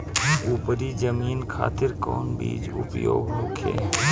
उपरी जमीन खातिर कौन बीज उपयोग होखे?